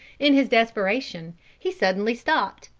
in his desperation he suddenly stopped,